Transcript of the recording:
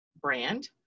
brand